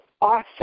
awesome